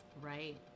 Right